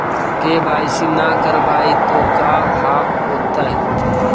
KYC न करवाई तो का हाओतै?